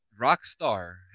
Rockstar